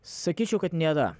sakyčiau kad nėra